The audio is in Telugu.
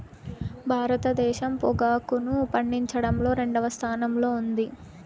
భారతదేశం పొగాకును పండించడంలో రెండవ స్థానంలో ఉంది